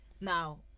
Now